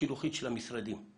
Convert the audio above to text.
השיוכית של המשרדים.